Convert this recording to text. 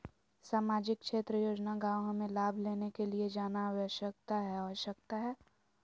सामाजिक क्षेत्र योजना गांव हमें लाभ लेने के लिए जाना आवश्यकता है आवश्यकता है?